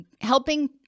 Helping